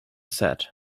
set